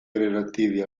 relativi